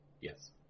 Yes